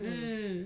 mm